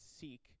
seek